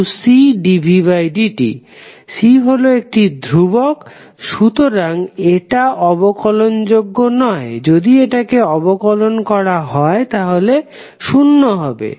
C হলো একটি দ্রুবক সুতরাং এটা অবকলন যোগ্য নয় যদি এটাকে অবকলন করা হয় তাহলে শূন্য হবে